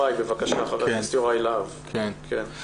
חבר הכנסת יוראי להב, בבקשה.